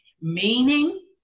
meaning